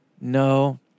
No